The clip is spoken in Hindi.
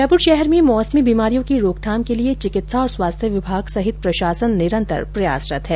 जयपुर शहर में मौसमी बीमारियों की रोकथाम के लिए चिकित्सा और स्वास्थ्य विभाग सहित प्रशासन निरन्तर प्रयासरत है